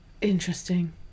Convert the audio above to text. Interesting